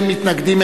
אין מתנגדים,